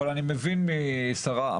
אבל אני מבין מהשרה,